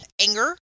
anger